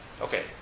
Okay